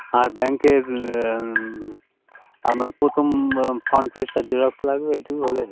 আর ব্যাঙ্কের আপনার প্রথম ফ্রন্ট পেজটার জেরক্স লাগবে এইটুকু হলে হয়ে যাবে